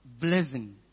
blessing